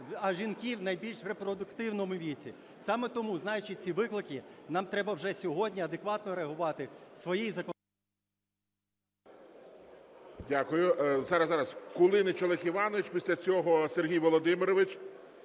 а жінки в найбільш репродуктивному віці. Саме тому, знаючи ці виклики, нам треба вже сьогодні адекватно реагувати своєю… ГОЛОВУЮЧИЙ.